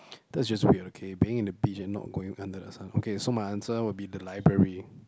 that's just weird okay being in a beach and not going under the sun okay so my answer would be the library